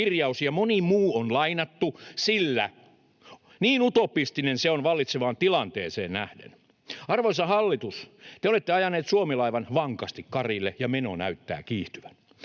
ja moni muu on lainattu, sillä niin utopistinen se on vallitsevaan tilanteeseen nähden. Arvoisa hallitus, te olette ajaneet Suomi-laivan vankasti karille, ja meno näyttää kiihtyvän.